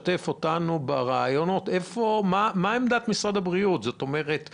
מה עמדת משרד הבריאות לגבי הרעיונות האלה?